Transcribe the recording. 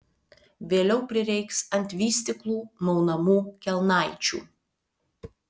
vėliau prireiks ant vystyklų maunamų kelnaičių